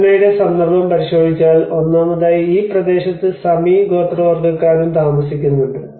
കിരുണയുടെ സന്ദർഭം പരിശോധിച്ചാൽ ഒന്നാമതായി ഈ പ്രദേശത്ത് സമി ഗോത്രവർഗ്ഗക്കാരും താമസിക്കുന്നുണ്ട്